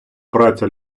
праця